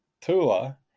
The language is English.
Tula